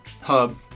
hub